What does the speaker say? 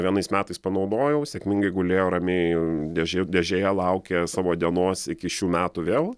vienais metais panaudojau sėkmingai gulėjo ramiai dėžė dėžėje laukė savo dienos iki šių metų vėl